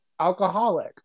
alcoholic